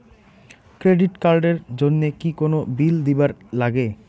Credit card এর জন্যে কি কোনো বিল দিবার লাগে?